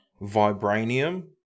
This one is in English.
Vibranium